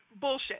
bullshit